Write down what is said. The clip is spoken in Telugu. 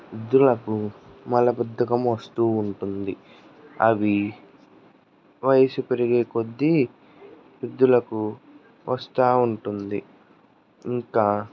వృద్ధులకు మలబద్ధకం వస్తూ ఉంటుంది అవి వయసు పెరిగే కొద్దీ వృద్ధులకు వస్తూ ఉంటుంది ఇంకా